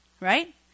right